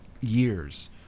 years